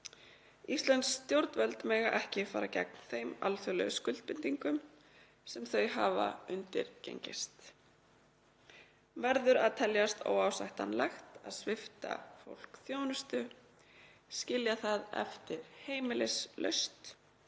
Íslensk stjórnvöld mega ekki fara gegn þeim alþjóðlegu skuldbindingum sem þau hafa undirgengist. „Verður að telja óásættanlegt að svipta fólk þjónustu, skilja það eftir heimilislaust,